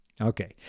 Okay